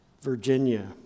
Virginia